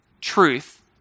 truth